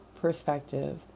perspective